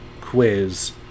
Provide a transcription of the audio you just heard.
quiz